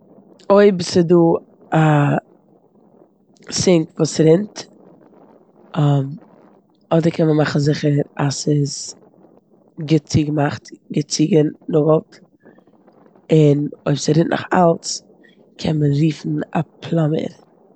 אויב ס'דא א סינק וואס רינט אדער קען מען מאכן זיכער אז ס'איז גוט צוגעמאכט, גוט צוגענאגלט און אויב ס'רינט נאך אלס קען מען רופן א פלאמבער.